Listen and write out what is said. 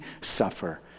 suffer